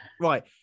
right